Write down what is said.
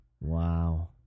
wow